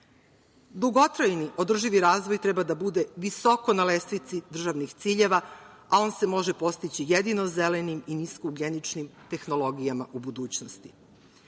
mestu. Dugotrajni održivi razvoj treba da bude visoko na lestvici državnih ciljeva, a on se može postići jedino zelenim i niskougljeničnim tehnologijama u budućnosti. Na